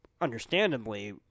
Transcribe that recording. understandably